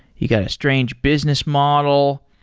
you got a strange business model.